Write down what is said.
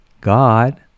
God